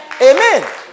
Amen